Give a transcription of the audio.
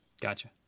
Gotcha